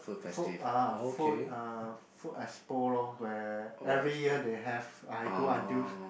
food ah food uh food expo lor where every year they have I go until